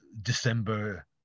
December